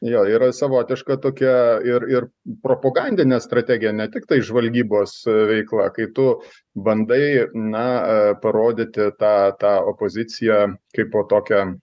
jo yra savotiška tokia ir ir propagandinė strategija ne tiktai žvalgybos veikla kai tu bandai na parodyti tą tą opoziciją kaipo tokią